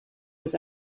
was